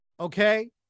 Okay